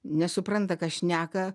nesupranta ką šneka